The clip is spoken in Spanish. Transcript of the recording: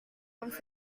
once